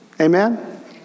Amen